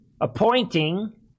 appointing